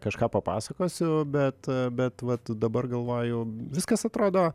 kažką papasakosiu bet bet vat dabar galvoju viskas atrodo